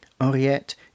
Henriette